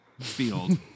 field